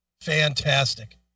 fantastic